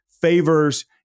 favors